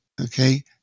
okay